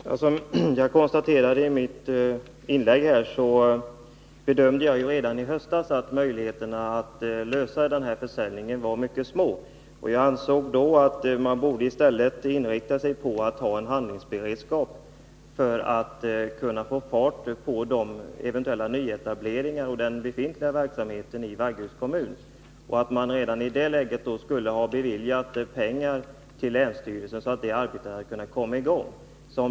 Fru talman! Jag konstaterade i mitt inlägg att jag redan i höstas bedömde möjligheterna att lösa problemen med den här försäljningen som mycket små. Jag ansåg då att man i stället borde inrikta sig på att ha en handlingsberedskap för att kunna få fart på de eventuella nyetableringar och den befintliga verksamheten i Vaggeryds kommun och att man redan i det läget borde ha beviljat pengar till länsstyrelsen, så att arbetet hade kunnat komma i gång.